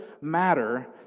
matter